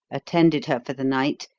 attended her for the night,